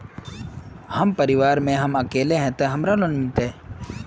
हम परिवार में हम अकेले है ते हमरा लोन मिलते?